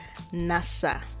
Nasa